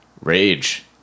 rage